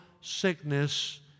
sickness